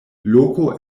loko